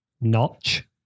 Notch